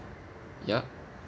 ya